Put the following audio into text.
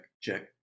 check